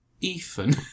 Ethan